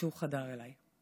כשהוא חדר אליי.